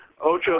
Ocho